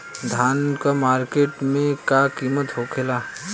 धान क मार्केट में का कीमत होखेला?